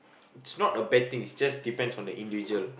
it's not a bad thing it's just depends on the individual